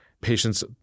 patients